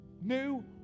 new